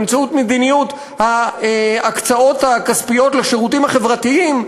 באמצעות מדיניות ההקצאות הכספיות לשירותים החברתיים,